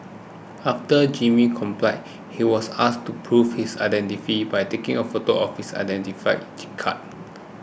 after Jimmy complied he was asked to prove his identity by taking a photo of his identity card